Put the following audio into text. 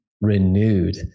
renewed